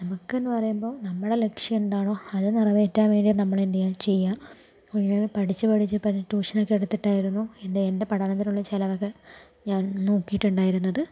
നമുക്ക് എന്ന് പറയുമ്പോൾ നമ്മളുടെ ലക്ഷ്യം എന്താണോ അത് നിറവേറ്റാൻ വേണ്ടി നമ്മൾ എന്തേലും ചെയ്യുക ഒരുവിധം പഠിച്ച് പഠിച്ച് പിന്നെ ട്യൂഷൻ ഒക്കെ എടുത്തിട്ടായിരുന്നു എൻ്റെ എൻ്റെ പഠനത്തിനുള്ള ചിലവൊക്കെ ഞാൻ നോക്കിട്ടുണ്ടായിരുന്നത്